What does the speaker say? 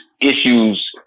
issues